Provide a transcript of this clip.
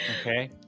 Okay